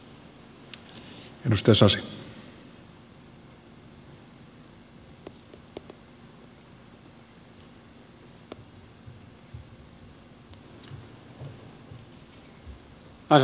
arvoisa puhemies